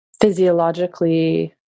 physiologically